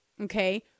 Okay